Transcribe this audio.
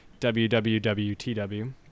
WWWTW